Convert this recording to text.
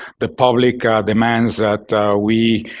the public ah demands that we,